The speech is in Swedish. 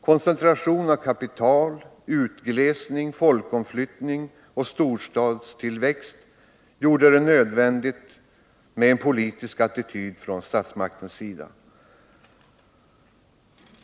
Koncentration av kapital, utglesning, folkomflyttning och storstadstillväxt gjorde det nödvändigt med en politisk attityd från statsmaktens sida.